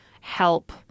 help